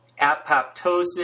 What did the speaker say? apoptosis